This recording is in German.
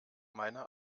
meine